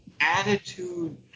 attitude